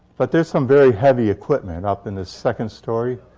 but there's some very heavy equipment up in this second story.